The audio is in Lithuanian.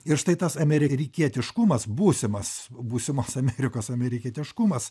ir štai tas amerikietiškumas būsimas būsimas amerikos amerikietiškumas